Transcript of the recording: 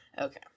okay